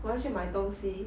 我要去买东西